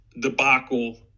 debacle